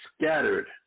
scattered